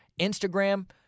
Instagram